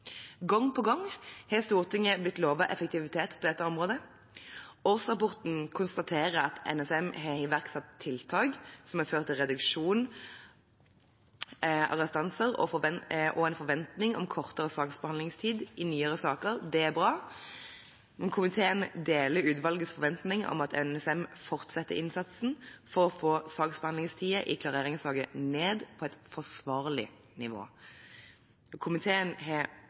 Gang på gang har Stortinget blitt lovet effektivitet på dette området. Årsrapporten konstaterer at NSM har iverksatt tiltak som har ført til reduksjon av restanser og en forventning om kortere saksbehandlingstid i nyere saker. Det er bra. Komiteen deler utvalgets forventning om at NSM fortsetter innsatsen for å få saksbehandlingstiden i klareringssaker ned på et forsvarlig nivå. Komiteen har